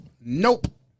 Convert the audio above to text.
Nope